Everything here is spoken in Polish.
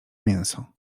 mięso